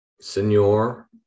senor